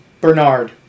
Bernard